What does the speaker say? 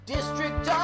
District